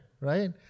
right